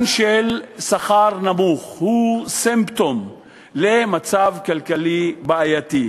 שכר נמוך הוא סימפטום של מצב כלכלי בעייתי,